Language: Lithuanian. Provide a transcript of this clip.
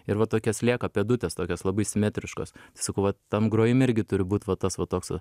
ir va tokios lieka pėdutės tokios labai simetriškos sakau vat tam grojim irgi turi būt va tas va toks va